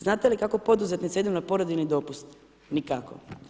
Znate li kako poduzetnice idu na porodiljni dopust, nikako.